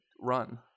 run